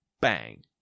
bang